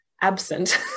absent